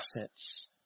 assets